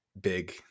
big